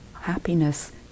Happiness